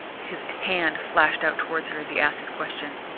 his hand flashed out towards her as he asked his question.